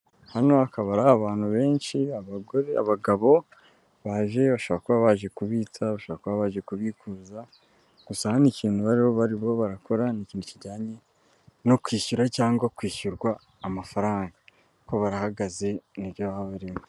Hano akaba ari abantu benshi, abagore, abagabo baje, bashobora kuba baje kubitsa, bashobora kuba baje kubikuza , gusa hano ikintu bariho barakora ni ikintu kijyanye no kwishyura cyangwa kwishyurwa amafaranga kuko barahagaze ni byo baba barimo.